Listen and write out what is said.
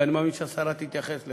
ואני מאמין שהשרה תתייחס לכך.